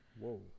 whoa